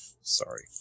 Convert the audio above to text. Sorry